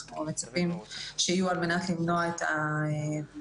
שאנחנו מצפים שיהיו על מנת למנוע את התחלואה.